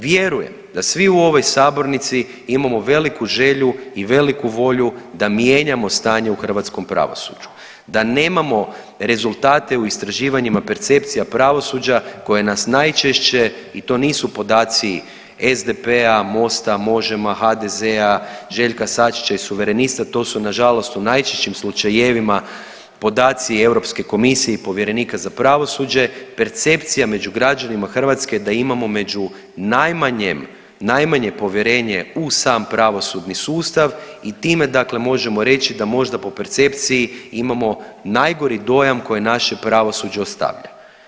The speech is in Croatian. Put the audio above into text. Vjerujem da svi u ovoj sabornici imamo veliku želju i veliku volju da mijenjamo stanje u hrvatskom pravosuđu, da nemamo rezultate u istraživanjima percepcija pravosuđa koja nas najčešće i to nisu podaci SDP-a, Mosta, Možema, HDZ-a, Željka Sačića i suverenista, to su nažalost u najčešćim slučajevima, podaci EU komisije i povjerenika za pravosuđe, percepcija među građanima Hrvatske, da imamo među najmanje povjerenje u sam pravosudni sustav i time dakle možemo reći da možda po percepciji imamo najgori dojam koje naše pravosuđe ostavlja.